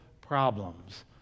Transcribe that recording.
problems